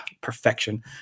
perfection